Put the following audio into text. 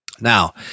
Now